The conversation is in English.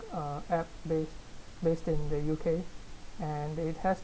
uh app like based in the U_K and they has